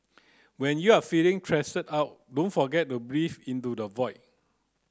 when you are feeling out don't forget to breathe into the void